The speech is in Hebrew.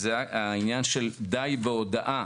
העניין שדי בהודעה,